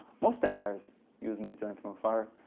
most empires use mediterranean from afar.